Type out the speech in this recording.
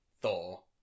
Thor